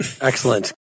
Excellent